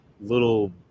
little